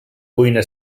cuina